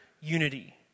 unity